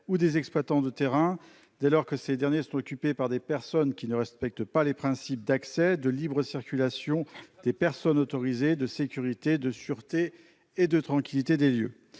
ou des exploitants de terrains dès lors que ces derniers s'occupé par des personnes qui ne respectent pas les principes d'accès, de libre circulation des personnes autorisées de sécurité de sûreté et de tranquillité des lieux